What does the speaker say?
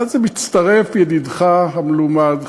מצטרף ידידך המלומד,